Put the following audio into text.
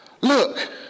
Look